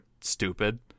stupid